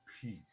Peace